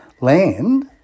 land